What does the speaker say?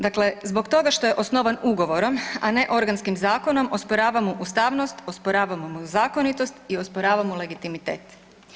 Dakle, zbog toga što je osnovan ugovorom, a ne organskim zakonom osporavamo ustavnost, osporavamo mu zakonitost i osporavamo legitimitet.